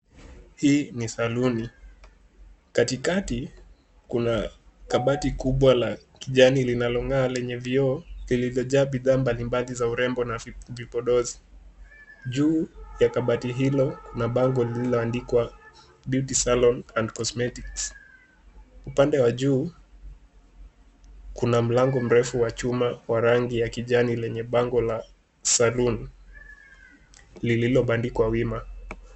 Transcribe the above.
Hii ni saluni , katikati kuna kabati kubwa la kijani linalong'aa lenye vioo lililojaa bidhaa mbalimbali za urembo na vipodozi. Juu la kabati hilo kuna bango lililoandikwa Beauty salon and cosmetics . Upande wa juu kuna mlango mrefu wa chuma wa rangi la kijani lenye bango la Saloon lililobandikwa wima.